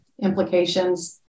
implications